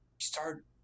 start